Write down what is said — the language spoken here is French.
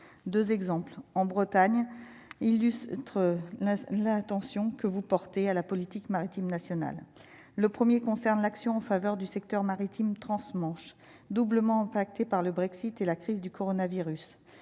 2 exemples en Bretagne il être là attention que vous portez à la politique maritime national le 1er concerne l'action en faveur du secteur maritime transmanche doublement impactés par le Brexit et la crise du coronavirus